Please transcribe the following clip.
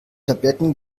tabletten